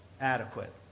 adequate